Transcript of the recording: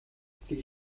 эцэг